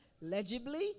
legibly